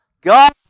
God